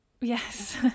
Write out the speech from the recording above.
yes